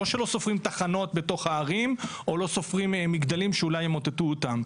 לא שלא סופרים תחנות בתוך הערים או לא סופרים מגדלים שאולי ימוטטו אותם,